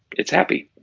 it's happy.